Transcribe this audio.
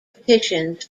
petitions